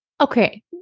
Okay